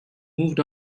moved